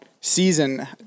season